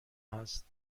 هست